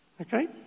Okay